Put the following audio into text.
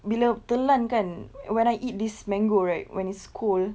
bila telan kan when I eat this mango right when it's cold